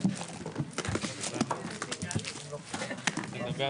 13:00.